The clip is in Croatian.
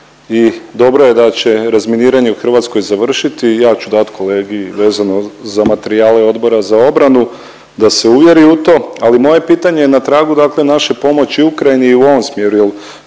i dobro je da će razminiranje u Hrvatskoj završiti. Ja ću dati kolegi vezano za materijale Odbora za obranu da se uvjeri u to, ali moje pitanje je na tragu dakle naše pomoći Ukrajini i u ovom smjeru